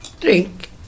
Drink